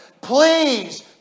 Please